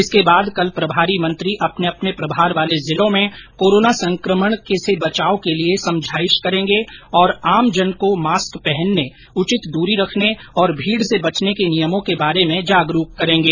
इसके बाद कल प्रभारी मंत्री अपने अपने प्रभार वाले जिलों में कोरोना महामारी के संक्रमण से बचाव के लिए समझाइश करेंगे तथा आमजन को मास्क पहनने उचित दूरी रखने और भीड़ से बचने के नियमों के बारे में जागरूक करेंगे